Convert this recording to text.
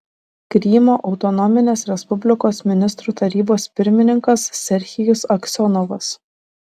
krymo autonominės respublikos ministrų tarybos pirmininkas serhijus aksionovas